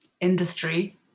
industry